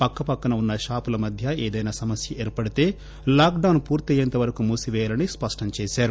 పక్కపక్కన ఉన్న షాపుల మధ్న ఏదైన సమస్య ఏర్పడితే లాక్డాస్ పూర్తి అయ్యేంత వరకు మూసిపేయాలని స్పష్టం చేశారు